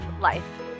life